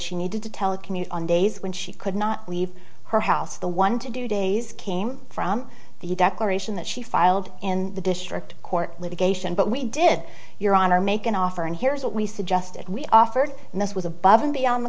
telecommute on days when she could not leave her house the one to do days came from the declaration that she filed in the district court litigation but we did your honor make an offer and here's what we suggested we offered and this was above and beyond the